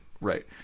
Right